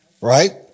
Right